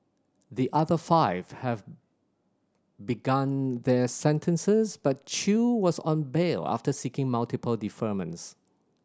the other five have begun their sentences but Chew was on bail after seeking multiple deferments